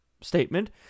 statement